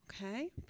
okay